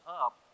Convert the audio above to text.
up